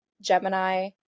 Gemini